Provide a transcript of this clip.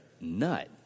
nut